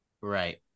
Right